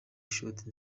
ishoti